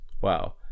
Wow